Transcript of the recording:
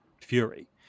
fury